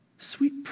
Sweet